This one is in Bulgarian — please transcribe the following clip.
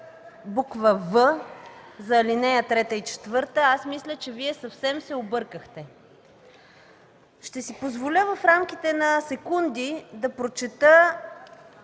буква „в” за ал. 3 и 4, мисля, че Вие съвсем се объркахте. Ще си позволя в рамките на секунди да прочета